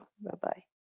Bye-bye